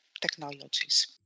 technologies